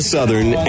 Southern